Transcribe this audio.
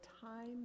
time